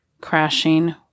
crashing